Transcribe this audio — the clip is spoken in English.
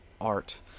art